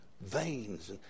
veins